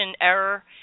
error